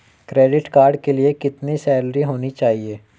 Credit card के लिए कितनी सैलरी होनी चाहिए?